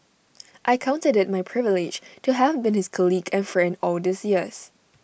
I counted IT my privilege to have been his colleague and friend all these years